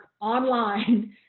online